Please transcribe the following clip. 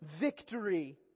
victory